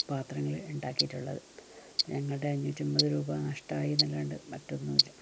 പാത്രങ്ങളെ ഉണ്ടാക്കിയിട്ടുള്ളത് ഞങ്ങളുടെ അഞ്ഞൂറ്റിയമ്പത് രൂപ നഷ്ട്ടമായന്നല്ലാണ്ട് മറ്റൊന്നുമില്ല